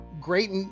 great